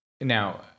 now